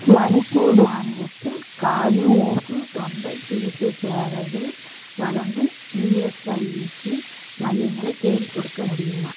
மணிப்பூர் மாநிலத்தில் காது மூக்கு தொண்டை சிகிச்சை சேவைகள் வழங்கும் இஎஸ்ஐசி மையங்களை தேடிக்கொடுக்க முடியுமா